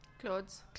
clothes